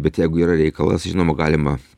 bet jeigu yra reikalas žinoma galima